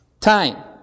Time